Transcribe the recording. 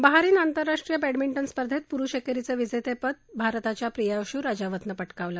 Bahrain आंतरराष्ट्रीय badminton स्पर्धेत पुरुष एकेरीचं विजेतेपद भारताच्या प्रियांशू राजावतनं पटकावलं